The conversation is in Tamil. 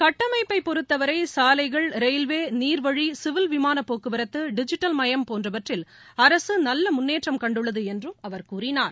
கட்டமைப்பைபொறுத்தவரைசாலைகள் ரயில்வே நீர்வழி சிவில் விமானபோக்குவரத்துடிஜிட்டல்மயம் போன்றவற்றில் அரசுநல்லமுன்னேற்றம் கண்டுள்ளதுஎன்றும் அவர் கூறினார்